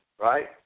right